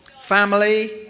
Family